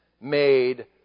made